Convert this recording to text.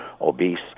obese